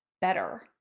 better